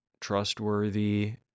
trustworthy